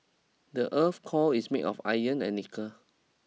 the earth's core is made of iron and nickel